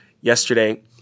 yesterday